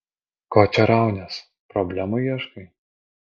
ko čia raunies problemų ieškai